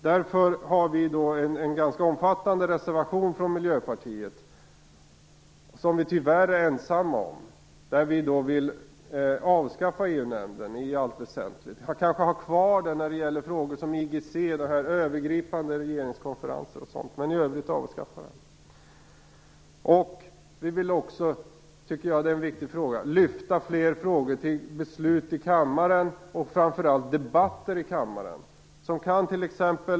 Därför har Miljöpartiet en ganska omfattande reservation, som vi tyvärr är ensamma om. Vi vill anskaffa EU-nämnden i allt väsentligt, och kanske bara ha kvar den när det gäller IGC, övergripande regeringskonferenser. Vi vill också - och det är viktigt - lyfta fler frågor till beslut och framför allt debatter i kammaren.